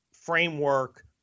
framework